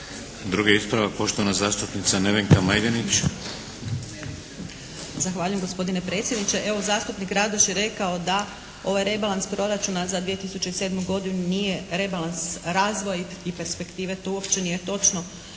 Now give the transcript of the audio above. Drugi ispravak poštovana zastupnica Nevenka Majdenić. **Majdenić, Nevenka (HDZ)** Zahvaljujem gospodine predsjedniče. Evo, zastupnik Radoš je rekao da ovaj rebalans proračuna za 2007. godinu nije rebalans razvoj i perspektive. To uopće nije točno